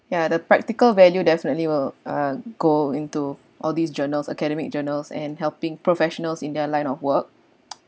ya the practical value definitely will uh go into all these journals academic journals and helping professionals in their line of work